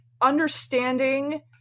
understanding